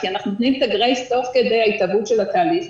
כי אנחנו נותנים את הגרייס תוך כדי ההתהוות של התהליך.